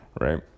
right